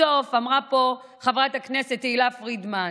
בסוף אמרה פה חברת הכנסת תהלה פרידמן: